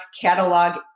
catalog